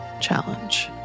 Challenge